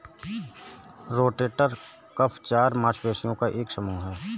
rotator cuff चार मांसपेशियों का एक समूह है